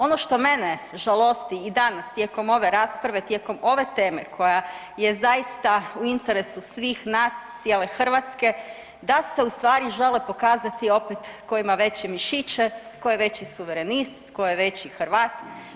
Ono što mene žalosti i danas tijekom ove rasprave tijekom ove teme koja je zaista u interesu svih nas, cijele Hrvatske da se žele pokazati opet tko ima veće mišiće, tko je veći suverenist, tko je veći Hrvat.